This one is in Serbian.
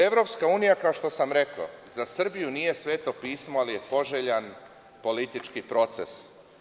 Evropska unija, kao što sam rekao, za Srbiju nije Sveto pismo, ali je poželjan politički proces.